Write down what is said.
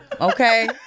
Okay